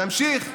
נמשיך?